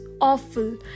Awful